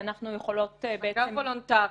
ואנחנו יכולות בעצם --- זה מאגר וולונטרי,